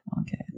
Okay